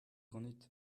ganit